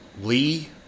Lee